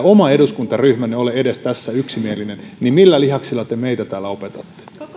oma eduskuntaryhmänne ole tässä yksimielinen niin millä lihaksilla te meitä täällä opetatte